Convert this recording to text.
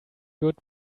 good